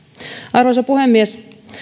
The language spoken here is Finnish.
arvoisa puhemies